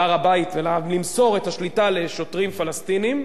על הר-הבית, ולמסור את השליטה לשוטרים פלסטינים.